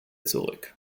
zurück